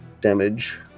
damage